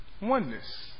oneness